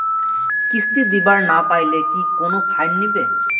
কিস্তি দিবার না পাইলে কি কোনো ফাইন নিবে?